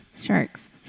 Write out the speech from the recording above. sharks